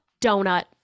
donut